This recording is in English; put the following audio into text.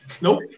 Nope